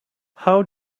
how